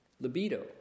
libido